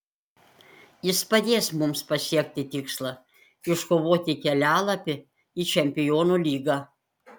jis padės mums pasiekti tikslą iškovoti kelialapį į čempionų lygą